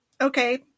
Okay